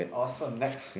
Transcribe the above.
awesome next